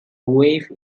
wave